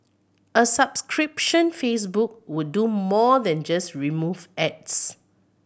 a subscription Facebook would do more than just remove ads